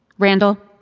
randall